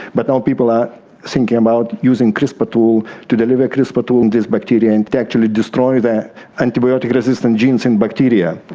but now people are thinking about using crispr tool to deliver crispr to and this bacteria and actually destroy the antibiotic resistant genes in bacteria.